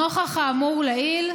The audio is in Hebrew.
נוכח האמור לעיל,